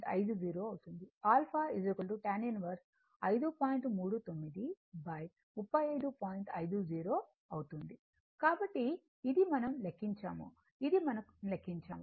50 అవుతుంది కాబట్టి ఇది మనం లెక్కించాము ఇది మనం లెక్కించాము